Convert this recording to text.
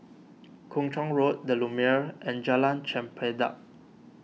Kung Chong Road the Lumiere and Jalan Chempedak